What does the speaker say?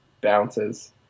bounces